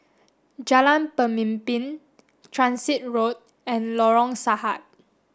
Jalan Pemimpin Transit Road and Lorong Sahad